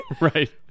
Right